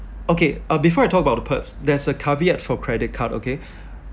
okay uh before I talk about the perks there's a caveat for credit card okay